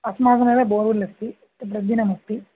अस्माकमेव बोर्वेल् अस्ति प्रतिदिनमस्ति